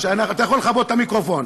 שאנחנו טובים,